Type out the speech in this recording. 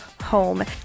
home